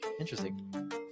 Interesting